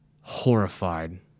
horrified